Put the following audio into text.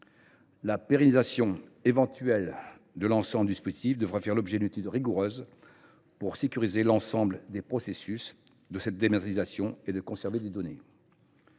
La pérennisation éventuelle de l’ensemble du dispositif devra faire l’objet d’une étude rigoureuse pour sécuriser l’ensemble des processus de dématérialisation et de conservation des données.